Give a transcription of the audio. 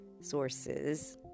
sources